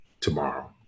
tomorrow